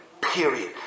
period